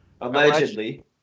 Allegedly